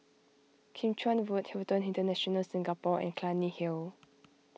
Kim Chuan Road Hilton International Singapore and Clunny Hill